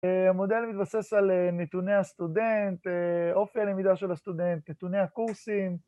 המודל מתבסס על נתוני הסטודנט, אופי הלמידה של הסטודנט, נתוני הקורסים.